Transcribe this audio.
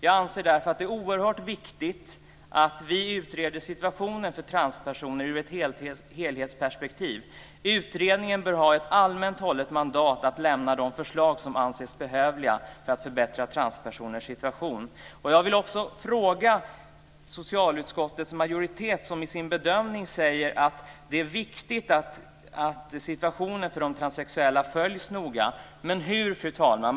Vi anser därför att det är oerhört viktigt att vi utreder situationen för transpersoner ur ett helhetsperspektiv. Utredningen bör ha ett allmänt hållet mandat att lämnade de förslag som anses behövliga för att förbättra transpersoners situation. Jag vill också ställa en fråga till socialutskottets majoritet, som i sin bedömning säger att det är viktigt att situationen för de transsexuella noga följs. Hur ska detta göras?